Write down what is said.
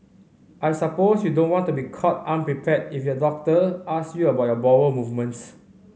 I suppose you don't want to be caught unprepared if your doctor ask your about bowel movements